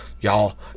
y'all